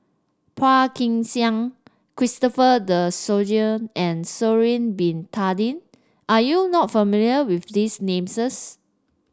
Phua Kin Siang Christopher De Souza and Sha'ari Bin Tadin are you not familiar with these names